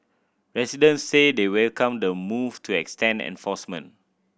residents say they welcome the move to extend enforcement